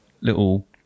little